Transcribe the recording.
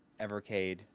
Evercade